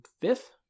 fifth